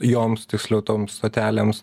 joms tiksliau toms stotelėms